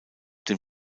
dem